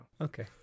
Okay